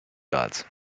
guards